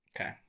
okay